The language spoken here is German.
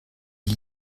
die